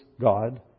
God